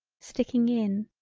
sticking in.